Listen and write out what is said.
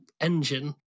engine